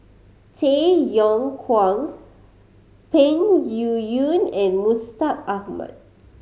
Tay Yong Kwang Peng Yuyun and Mustaq Ahmad